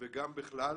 וגם בכלל,